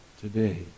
today